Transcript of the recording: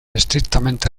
estrictamente